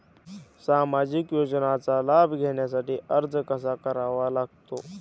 सामाजिक योजनांचा लाभ घेण्यासाठी अर्ज कसा करावा लागतो?